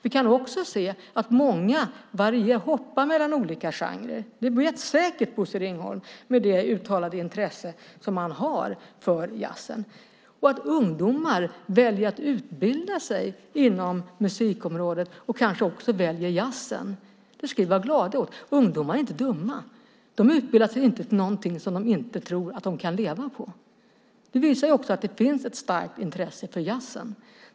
Vi kan också se att många hoppar mellan olika genrer. Det vet säkert Bosse Ringholm med det uttalade intresse som han har för jazzen. Att ungdomar väljer att utbilda sig inom musikområdet och kanske också väljer jazzen ska vi vara glada över. Ungdomar är inte dumma. De utbildar sig inte till någonting som de inte tror att de kan leva på. Det visar också att det finns ett starkt intresse för jazzen.